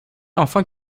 enfin